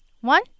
One